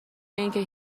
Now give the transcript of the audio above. اینکه